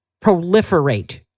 proliferate